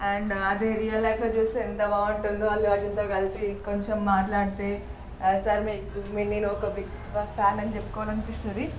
and అదే real లైఫ్లో చూస్తే ఎంత బాగుంటుందో అల్లు అర్జున్తో కలిసి కొంచెం మాట్లాడితే సార్ మీకు మీకు నేను ఒక బిగ్ ఫ్యాన్ అని చెప్పుకోవాలి అనిపిస్తుంది